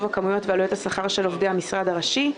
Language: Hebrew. כמויות ועלויות השכר של עובדי המשרד הראשי.